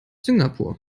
singapur